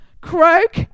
Croak